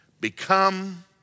Become